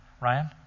Ryan